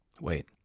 Wait